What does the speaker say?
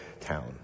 town